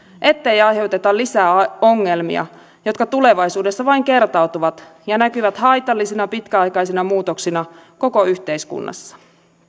ettei aiheuteta lisää ongelmia jotka tulevaisuudessa vain kertautuvat ja näkyvät haitallisina pitkäaikaisina muutoksina koko yhteiskunnassa